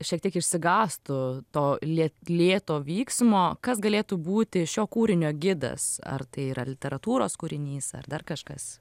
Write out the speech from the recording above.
šiek tiek išsigąstų to lėt lėto vyksmo kas galėtų būti šio kūrinio gidas ar tai yra literatūros kūrinys ar dar kažkas